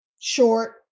short